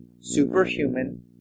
superhuman